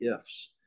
ifs